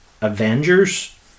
Avengers